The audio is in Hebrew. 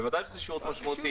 בוודאי שזה שירות משמעותי.